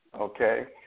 Okay